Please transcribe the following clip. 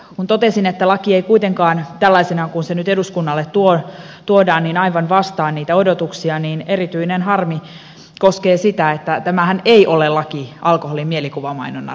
kun totesin että laki ei kuitenkaan tällaisena kuin se nyt eduskunnalle tuodaan aivan vastaa niitä odotuksia niin erityinen harmi koskee sitä että tämähän ei ole laki alkoholin mielikuvamainonnan rajoittamisesta